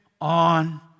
on